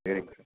சரிங்க சார்